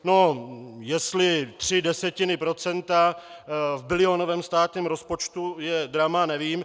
No, jestli tři desetiny procenta v bilionovém státním rozpočtu je drama, nevím.